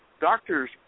doctors